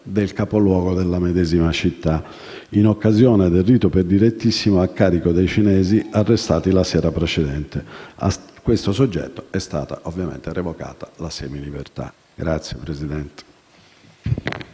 del capoluogo della medesima città, in occasione del rito per direttissima a carico dei cinesi arrestati la sera precedente. A tale soggetto è stata ovviamente revocata la semilibertà.